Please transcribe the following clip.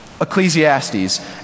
Ecclesiastes